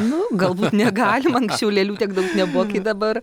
nu galbūt negalima anksčiau lėlių tiek daug nebuvo dabar